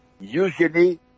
usually